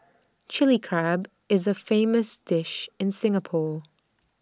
Chilli Crab is A famous dish in Singapore